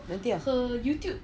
nanti ya